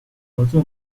合作